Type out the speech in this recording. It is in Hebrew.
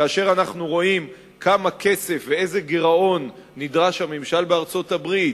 כאשר אנחנו רואים כמה כסף ואיזה גירעון נדרש הממשל בארצות-הברית